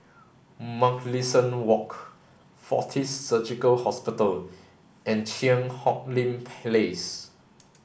Mugliston Walk Fortis Surgical Hospital and Cheang Hong Lim Place